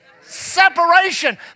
Separation